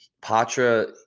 Patra